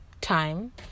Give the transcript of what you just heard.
time